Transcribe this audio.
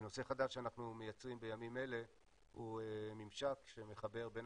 נושא חדש שאנחנו מייצרים בימים אלה הוא ממשק שמחבר בין